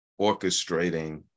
orchestrating